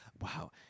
wow